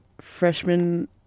Freshman